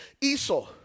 Esau